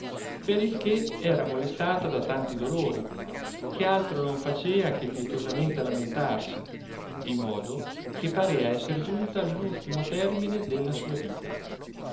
per il che era molestata da tanti dolori che altro non iacea che pietosamente lamentarsi di modo che parea esser giunta all ultimo termine della sua vita